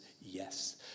yes